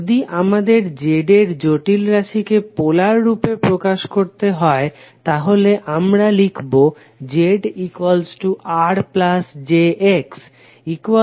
যদি আমাদের Z এর জটিল রাশিকে পোলার রূপে প্রকাশ করতে হয় তাহলে আমরা লিখবো ZRjXZ∠θ